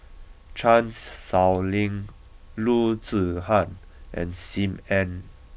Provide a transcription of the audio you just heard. Chan Sow Lin Loo Zihan and Sim Ann